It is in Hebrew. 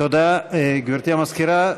תודה, גברתי המזכירה.